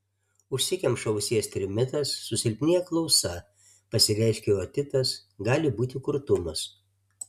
užsikemša ausies trimitas susilpnėja klausa pasireiškia otitas gali būti kurtumas